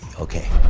okay.